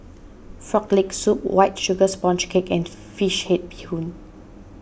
Frog Leg Soup White Sugar Sponge Cake and Fish Head Bee Hoon